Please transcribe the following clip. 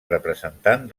representant